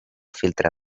filtre